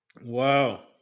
wow